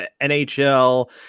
nhl